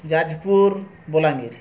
Jajpur Balangir